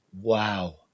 Wow